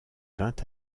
vingt